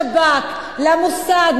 לשב"כ, למוסד.